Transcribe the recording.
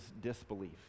disbelief